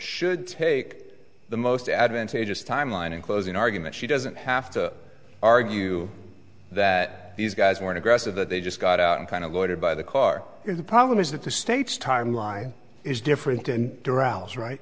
should take the most advantageous timeline in closing argument she doesn't have to argue that these guys weren't aggressive that they just got out and kind of loaded by the car here's the problem is that the state's timeline is different and